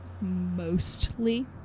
mostly